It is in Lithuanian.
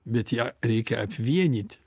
bet ją reikia apvienyti